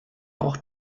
auch